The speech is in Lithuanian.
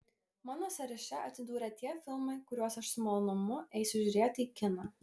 mano sąraše atsidūrė tie filmai kuriuos aš su malonumu eisiu žiūrėti į kiną